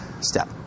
step